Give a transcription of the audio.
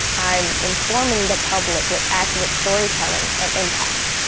i'm informing the public with accurate storytelling and impact.